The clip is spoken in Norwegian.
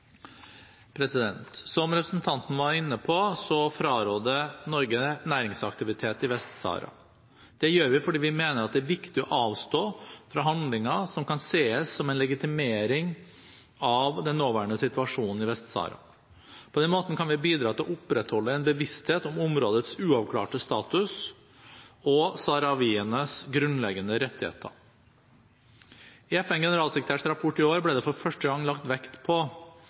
Som representanten Skei Grande var inne på, fraråder Norge næringsaktivitet i Vest-Sahara. Det gjør vi fordi vi mener det er viktig å avstå fra handlinger som kan ses som en legitimering av den nåværende situasjonen i Vest-Sahara. På den måten kan vi bidra til å opprettholde en bevissthet om områdets uavklarte status og saharawienes grunnleggende rettigheter. I FNs generalsekretærs rapport i år ble det for første gang lagt vekt på